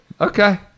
Okay